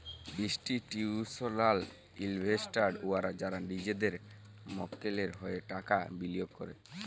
institutional investors উয়ারা যারা লিজেদের মক্কেলের হঁয়ে টাকা বিলিয়গ ক্যরে